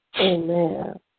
Amen